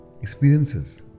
Experiences